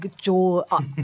jaw